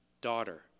daughter